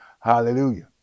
hallelujah